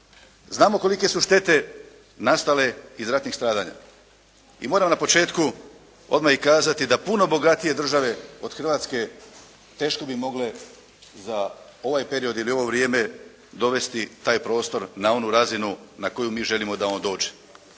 Znamo kolike su štete nastale iz ratnih stradanja. I moram na početku odmah i kazati da puno bogatije države od Hrvatske teško bi mogle za ovaj period ili ovo vrijeme dovesti taj prostor na onu razinu na koju mi želimo da on dođe,